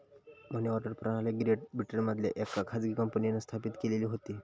मनी order प्रणाली great ब्रिटनमधल्या येका खाजगी कंपनींन स्थापित केलेली होती